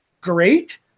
Great